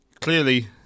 Clearly